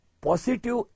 positive